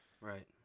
Right